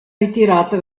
ritirata